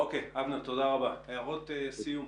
שאלנו אותו: אוקיי, אז בני 60, בני 70 וחולי סכרת